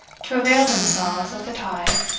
to avail themselves of the tide,